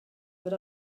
but